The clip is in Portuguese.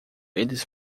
eles